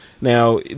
Now